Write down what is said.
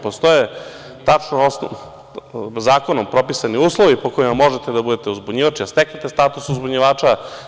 Postoje tačno zakonom propisani uslovi po kojima možete da budete uzbunjivač, da steknete status uzbunjivača.